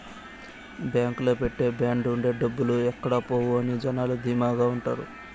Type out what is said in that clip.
బాంకులో పెట్టే బాండ్ ఉంటే డబ్బులు ఎక్కడ పోవు అని జనాలు ధీమాగా ఉంటారు